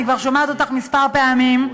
אני כבר שומעת אותך כמה פעמים,